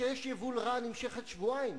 כשיש יבול רע נמשכת שבועיים.